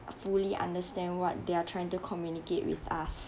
fully understand what they are trying to communicate with us